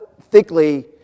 thickly